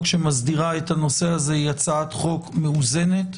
שמסדירה את הנושא הזה היא הצעת חוק מאוזנת,